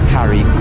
Harry